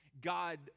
God